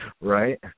Right